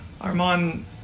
Armand